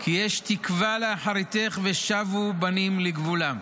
כי יש תקווה לאחריתך ושבו בנים לגבולם.